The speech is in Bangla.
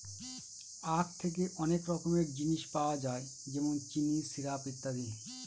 আঁখ থেকে অনেক রকমের জিনিস পাওয়া যায় যেমন চিনি, সিরাপ, ইত্যাদি